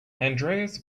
andreas